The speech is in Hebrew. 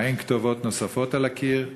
האין כתובות נוספות על הקיר?